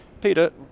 Peter